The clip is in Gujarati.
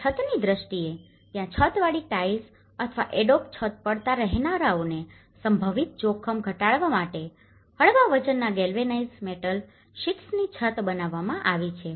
અને છતની દ્રષ્ટિએ ત્યાં છતવાળી ટાઇલ્સ અથવા એડોબ છત પડતા રહેનારાઓને સંભવિત જોખમ ઘટાડવા માટે હળવા વજનના ગેલ્વેનાઈઝ્ડ મેટલ શીટ્સની છત બનાવવામાં આવી છે